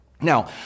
Now